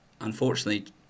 unfortunately